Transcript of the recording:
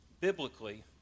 biblically